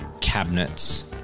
cabinets